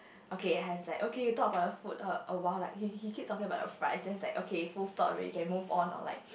okay was like okay you talk about your food a a while like he he keep talking about the fries then is like okay full stop already can move on or like